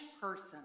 person